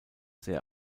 sehr